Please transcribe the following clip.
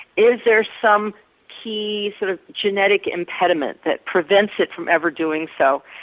is there some key sort of genetic impediment that prevents it from ever doing so,